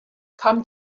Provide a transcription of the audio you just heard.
come